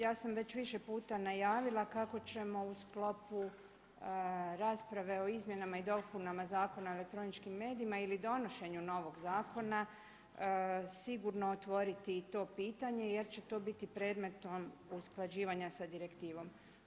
Ja sam već više puta najavila kako ćemo u sklopu rasprave o izmjenama i dopunama Zakon o elektroničkim medijima ili donošenju novog zakona sigurno otvoriti i to pitanje jer će to biti predmetom usklađivanja sa direktivom.